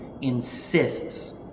insists